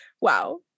wow